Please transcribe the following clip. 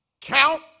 Count